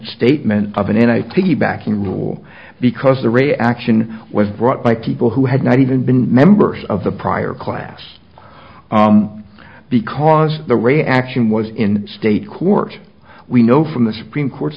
statement of an n i piggybacking rule because the reaction was brought by people who had not even been members of the prior class because the reaction was in state court we know from the supreme court's